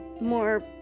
more